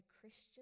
Christian